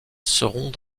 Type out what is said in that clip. seront